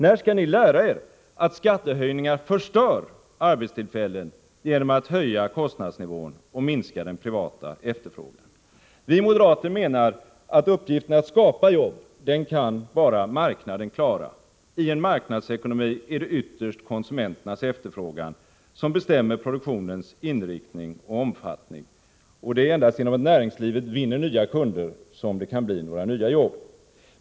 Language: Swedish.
När skall ni lära er att skattehöjningar förstör arbetstillfällen genom att höja kostnadsnivån och minska den privata efterfrågan? Vi moderater menar att bara marknaden kan klara uppgiften att skapa jobb. I en marknadsekonomi är det ytterst konsumenternas efterfrågan som bestämmer produktionens inriktning och omfattning. Och det är endast genom att näringslivet vinner nya kunder som det kan bli nya jobb.